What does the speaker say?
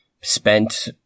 spent